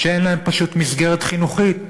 שאין להם מסגרת חינוכית,